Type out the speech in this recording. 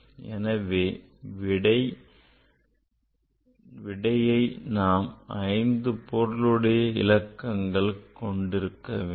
எனவே நம் விடை ஐந்து பொருளுடைய இலக்கங்களைக் கொண்டிருக்க வேண்டும்